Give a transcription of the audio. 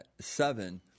seven